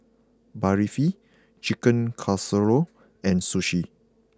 Barfi Chicken Casserole and Sushi